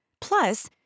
Plus